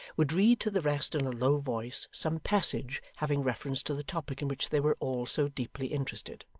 would read to the rest in a low voice some passage having reference to the topic in which they were all so deeply interested.